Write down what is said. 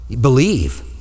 Believe